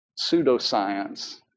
pseudoscience